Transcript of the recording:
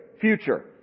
future